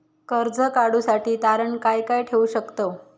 कर्ज काढूसाठी तारण काय काय ठेवू शकतव?